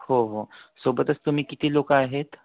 हो हो सोबतच तुम्ही किती लोकं आहेत